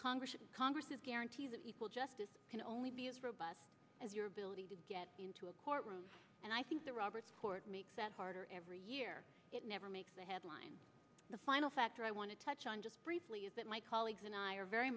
congress congress's guarantee that equal justice can only be as robust as your ability to get into a courtroom and i think the roberts court makes that harder every year it never makes the headlines the final factor i want to touch on just briefly is that my colleagues and i are very